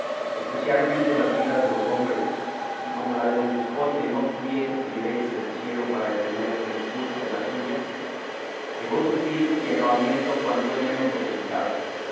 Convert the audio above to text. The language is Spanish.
especialmente las vidas de los hombres y como la de don quijote no tuviese privilegio del cielo para detener el curso de la suya llegó su fin y acabamiento cuando él menos lo pensaba